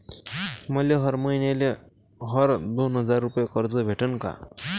मले हर मईन्याले हर दोन हजार रुपये कर्ज भेटन का?